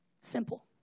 Simple